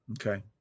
Okay